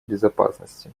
безопасности